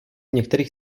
některých